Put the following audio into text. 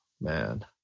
man